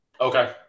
Okay